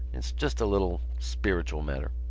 it's just a little. spiritual matter.